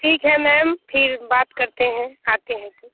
ठीक है मैम फिर बात करते हैं आते हैं फिर